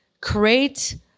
create